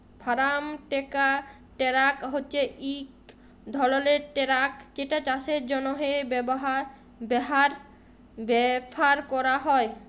farm tractor হছে ইক ধরলের টেরাক যেট চাষের জ্যনহে ব্যাভার ক্যরা হয়